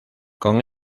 con